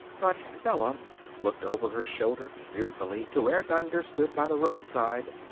but bella looked over her shoulder fearfully to where dunder stood by the roadside,